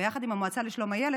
ביחד עם המועצה לשלום הילד,